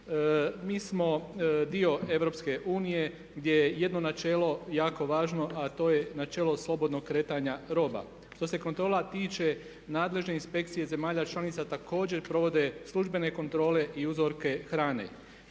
Mi smo dio EU gdje je jedno načelo jako važno, a to je načelo slobodnog kretanja roba. Što se kontrola tiče nadležne inspekcije zemalja članica također provode službene kontrole i uzorke hrane.